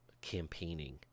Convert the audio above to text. campaigning